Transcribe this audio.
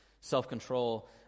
self-control